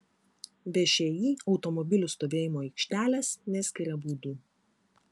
všį automobilių stovėjimo aikštelės neskiria baudų